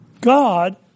God